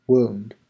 Wound